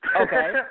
Okay